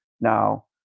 now